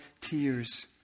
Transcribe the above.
tears